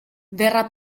verrà